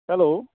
hello